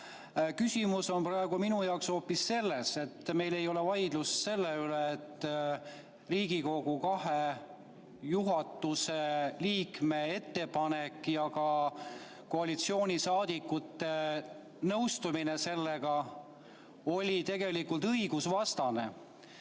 Küsimus on praegu minu jaoks hoopis selles, et meil ei ole vaidlus selle üle, kas Riigikogu kahe juhatuse liikme ettepanek ja ka koalitsioonisaadikute nõustumine sellega oli õigusvastane.